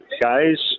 Guys